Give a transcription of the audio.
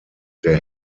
der